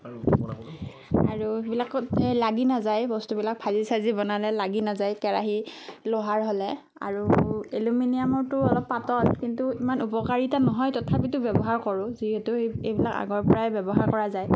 আৰু সেইবিলাকত এই লাগি নাযায় বস্তুবিলাক ভাজি চাজি বনালে লাগি নাযায় কেৰাহি লোহাৰ হ'লে আৰু এলোমিনিয়ামৰটো অলপ পাতল কিন্তু ইমান উপকাৰিতা নহয় তথাপিতো ব্যৱহাৰ কৰোঁ যিহেতু এইবিলাক আগৰ পৰাই ব্যৱহাৰ কৰা যায়